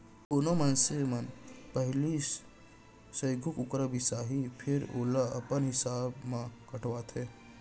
कोनो मनसे मन पहिली सइघो कुकरा बिसाहीं फेर ओला अपन हिसाब म कटवाथें